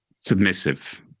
submissive